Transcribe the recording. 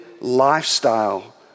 lifestyle